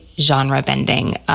genre-bending